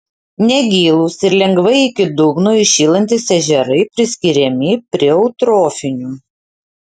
negilūs ir lengvai iki dugno įšylantys ežerai priskiriami prie eutrofinių